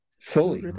Fully